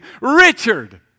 Richard